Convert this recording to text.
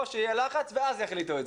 או שיהיה לחץ ואז יחליטו.